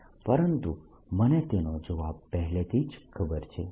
પરંતુ મને તેનો જવાબ પહેલેથી જ ખબર છે